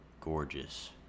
gorgeous